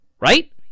Right